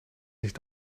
nicht